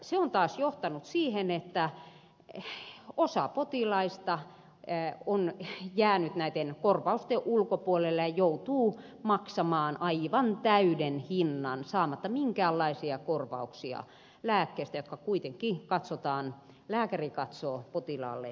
se on taas johtanut siihen että osa potilaista on jäänyt näiden korvausten ulkopuolelle ja joutuu maksamaan aivan täyden hinnan saamatta minkäänlaisia korvauksia lääkkeistä jotka kuitenkin lääkäri katsoo potilaalle tarpeellisiksi